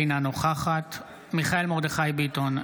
אינה נוכחת מיכאל מרדכי ביטון,